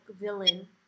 villain